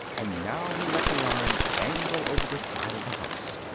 and now he let the line dangle over the side of the house.